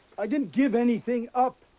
i didn't give anything up.